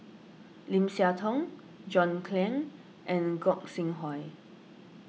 Lim Siah Tong John Clang and Gog Sing Hooi